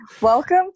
welcome